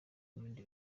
n’ibindi